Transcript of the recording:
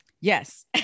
yes